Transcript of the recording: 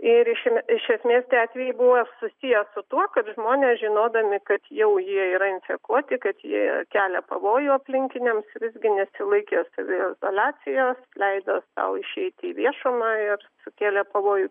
ir išėmė iš esmės tie atvejai buvo susiję su tuo kad žmonės žinodami kad jau jie yra infekuoti kad jie kelia pavojų aplinkiniams visgi nesilaikė saviizoliacijos leido sau išeiti į viešumą ir sukėlė pavojų